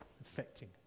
affecting